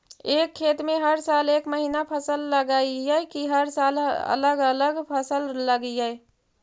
एक खेत में हर साल एक महिना फसल लगगियै कि हर साल अलग अलग फसल लगियै?